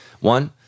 One